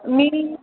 मी